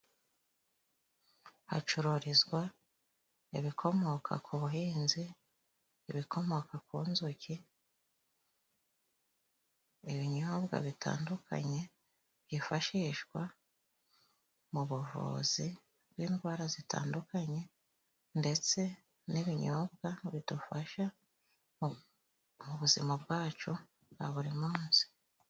Hacururizwa ibikomoka ku buhinzi, ibikomoka ku nzuki, ibinyobwa bitandukanye byifashishwa mu buvuzi bw'indwara zitandukanye, ndetse n'ibinyobwa bidufasha mu buzima bwacu bwa buri munsi.